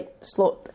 slot